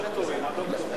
הדוקטורים.